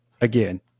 again